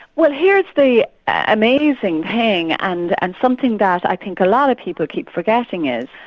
well here's the amazing thing, and and something that i think a lot of people keep forgetting is,